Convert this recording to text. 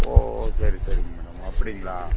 ஓ ஓ சரி சரிங்க மேடம் அப்படிங்களா